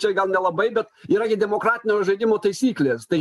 čia gal nelabai bet yra gi demokratinio žaidimo taisyklės tai